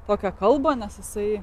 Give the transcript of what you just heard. tokia kalba nes jisai